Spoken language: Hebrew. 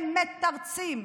הם מתרצים.